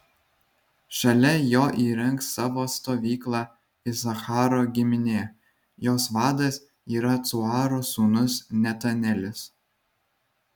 šalia jo įrengs savo stovyklą isacharo giminė jos vadas yra cuaro sūnus netanelis